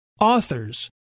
authors